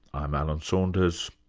i'm alan saunders,